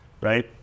right